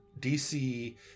DC